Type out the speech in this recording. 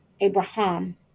Abraham